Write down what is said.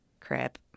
crap